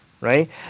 right